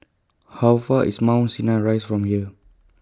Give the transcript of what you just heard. How Far IS Mount Sinai Rise from here